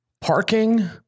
Parking